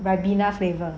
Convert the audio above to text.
ribena flavour